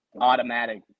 automatic